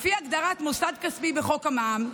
לפי הגדרת מוסד כספי בחוק המע"מ,